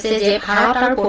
da kind of da da